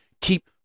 keep